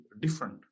different